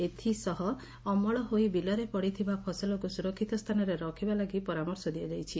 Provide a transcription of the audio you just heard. ଏଥିସହ ଅମଳ ହୋଇ ବିଲରେ ପଡ଼ିଥିବା ଫସଲକୁ ସୁରକ୍ଷିତ ସ୍ତାନରେ ରଖିବା ଲାଗି ପରାମର୍ଶ ଦିଆଯାଇଛି